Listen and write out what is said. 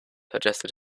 adjusted